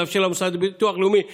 לאפשר למוסד לביטוח לאומי להעביר,